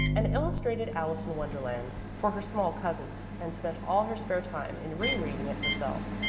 an illustrated alice in wonderland, for her small cousins, and spent all her spare time in re-reading it herself.